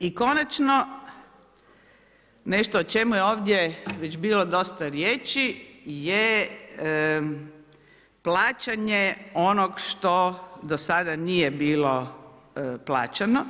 I konačno, nešto o čemu je ovdje bilo dosta riječi je plaćanje onog što do sada nije bilo plaćeno